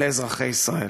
לאזרחי ישראל?